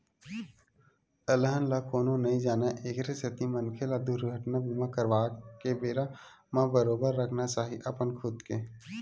अलहन ल कोनो नइ जानय एखरे सेती मनखे ल दुरघटना बीमा करवाके बेरा म बरोबर रखना चाही अपन खुद के